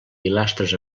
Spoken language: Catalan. pilastres